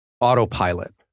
autopilot